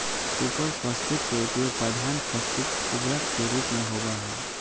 super phosphate के उपयोग प्रधान फॉस्फेटिक उर्वरक के रूप में होबा हई